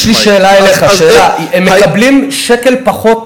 יש לי שאלה אליך: הם מקבלים שקל פחות